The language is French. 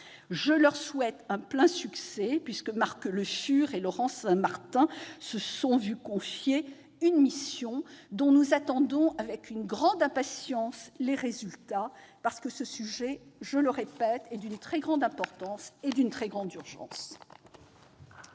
Je leur souhaite un plein succès, puisque Marc Le Fur et Laurent Saint-Martin se sont vus confier une mission dont nous attendons avec impatience les résultats. En effet, ce sujet, je le répète, est d'une grande importance et d'une grande urgence.